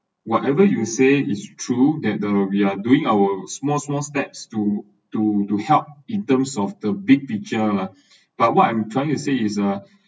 whatever you say is true at uh we are doing our small small steps to to to help in terms of the big picture lah but what I’m trying to say is uh